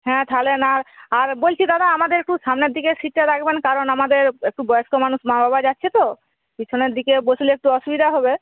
হ্যাঁ তাহলে না আর বলছি দাদা আমাদের একটু সামনের দিকের সীটটা রাখবেন কারণ আমাদের একটু বয়স্ক মানুষ মা বাবা যাচ্ছে তো পিছনের দিকে বসলে একটু অসুবিধা হবে